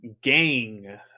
Gang